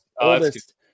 oldest